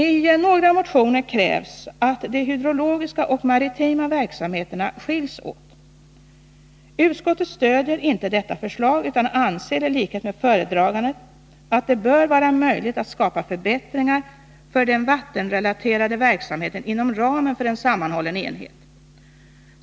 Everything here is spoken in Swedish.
I några motioner krävs att de hydrologiska och maritima verksamheterna skiljs åt. Utskottet stöder inte detta förslag utan anser i likhet med föredraganden att det bör vara möjligt att skapa förbättringar för den vattenrelaterade verksamheten inom ramen för en sammanhållen enhet.